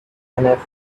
enough